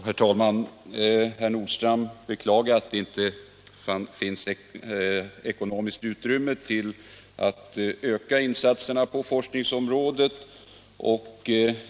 Herr talman! Herr Nordstrandh beklagade att det inte finns ekonomiskt utrymme för att öka insatserna på forskningsområdet.